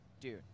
dude